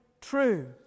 true